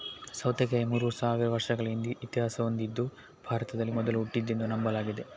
ಸೌತೆಕಾಯಿ ಮೂರು ಸಾವಿರ ವರ್ಷಗಳ ಇತಿಹಾಸ ಹೊಂದಿದ್ದು ಭಾರತದಲ್ಲಿ ಮೊದಲು ಹುಟ್ಟಿದ್ದೆಂದು ನಂಬಲಾಗಿದೆ